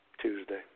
Tuesday